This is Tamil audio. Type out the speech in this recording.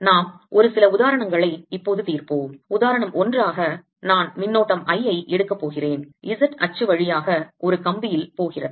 நாம் ஒரு சில உதாரணங்களை இப்போது தீர்ப்போம் உதாரணம் 1 ஆக நான் மின்னோட்டம் I ஐ எடுக்க போகிறேன் z அச்சு வழியாக ஒரு கம்பி யில் போகிறது